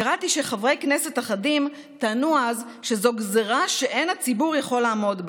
קראתי שחברי כנסת אחדים טענו אז שזו גזרה שאין הציבור יכול לעמוד בה,